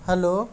hello